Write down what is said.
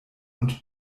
und